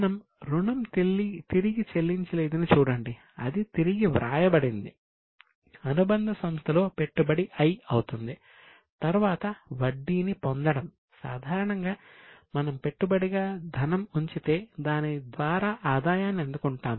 మనము రుణం తిరిగి చెల్లించలేదని చూడండి అది తిరిగి వ్రాయబడింది లో పెట్టుబడి 'I' అవుతుంది తర్వాత వడ్డీని పొందడం సాధారణంగా మనం పెట్టుబడిగా ధనం ఉంచితే దాని ద్వారా ఆదాయాన్ని అందుకుంటాము